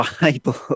Bible